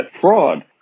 fraud